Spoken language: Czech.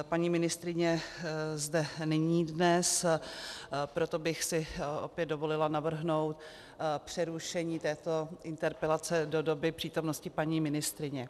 Paní ministryně zde dnes není, proto bych si opět dovolila navrhnout přerušení této interpelace do doby přítomnosti paní ministryně.